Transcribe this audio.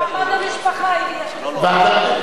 מעמד המשפחה, אם יש דבר כזה.